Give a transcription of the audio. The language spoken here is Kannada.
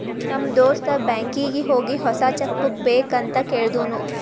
ನಮ್ ದೋಸ್ತ ಬ್ಯಾಂಕೀಗಿ ಹೋಗಿ ಹೊಸಾ ಚೆಕ್ ಬುಕ್ ಬೇಕ್ ಅಂತ್ ಕೇಳ್ದೂನು